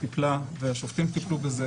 טיפלה והשופטים טיפלו בזה,